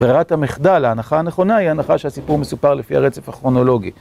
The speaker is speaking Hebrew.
ברירת המחדל, ההנחה הנכונה, היא ההנחה שהסיפור מסופר לפי הרצף הכרונולוגי.